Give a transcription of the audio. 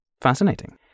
Fascinating